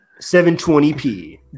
720p